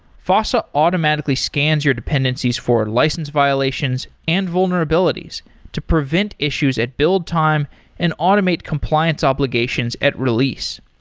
fossa automatically scans your dependencies for license violations and vulnerabilities to prevent issues at build time and automate compliance obligations at release.